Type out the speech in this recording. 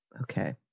Okay